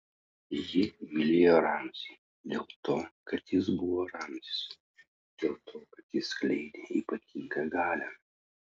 ji mylėjo ramzį dėl to kad jis buvo ramzis dėl to kad jis skleidė ypatingą galią